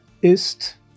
ist